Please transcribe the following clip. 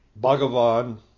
Bhagavan